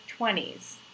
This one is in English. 20s